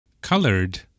Colored